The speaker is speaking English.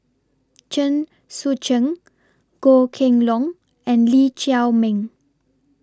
Chen Sucheng Goh Kheng Long and Lee Chiaw Meng